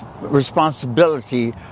responsibility